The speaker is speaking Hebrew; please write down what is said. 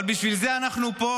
אבל בשביל זה אנחנו פה,